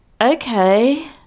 Okay